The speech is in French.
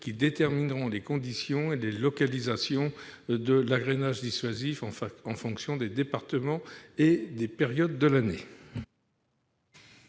détermineront les conditions et les localisations de l'agrainage dissuasif, en fonction des départements et des périodes de l'année.